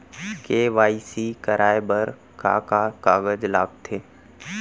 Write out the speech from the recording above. KYC कराये बर का का कागज लागथे?